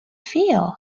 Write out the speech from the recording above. feel